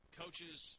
coaches